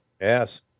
Yes